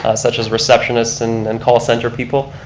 such as receptionist and and call center people.